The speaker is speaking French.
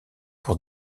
pour